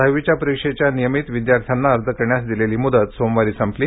दहावी परीक्षेच्या नियमित विद्यार्थ्यांना अर्ज करण्यास दिलेली मुदत सोमवारी संपली